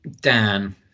Dan